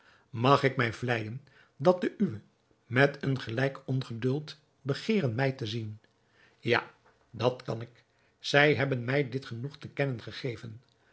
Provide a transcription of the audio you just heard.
dat de uwen met een gelijk ongeduld begeeren mij te zien ja dat kan ik zij hebben mij dit genoeg te kennen gegeven